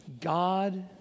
God